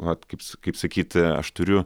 vat kaip kaip sakyti aš turiu